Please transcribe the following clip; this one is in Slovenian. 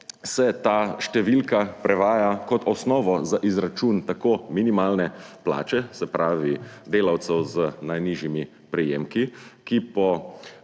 se ta številka prevaja kot osnovo za izračun tako minimalne plače, se pravi delavcev z najnižjimi prejemki, ki po